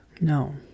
No